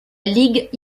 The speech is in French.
ligue